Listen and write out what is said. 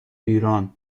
ایران